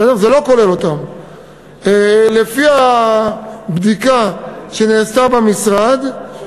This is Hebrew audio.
לפי הבדיקה שנעשתה במשרד,